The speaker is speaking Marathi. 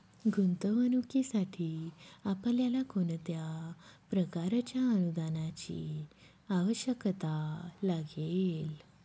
गुंतवणुकीसाठी आपल्याला कोणत्या प्रकारच्या अनुदानाची आवश्यकता लागेल?